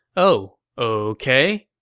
oh ok.